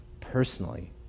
personally